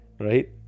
Right